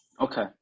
Okay